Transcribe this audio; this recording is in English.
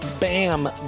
BAM